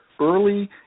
early